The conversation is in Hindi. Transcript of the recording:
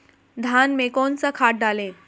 धान में कौन सा खाद डालें?